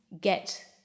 get